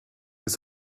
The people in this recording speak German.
ist